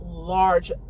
large